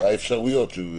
כן, את האפשרויות של זה.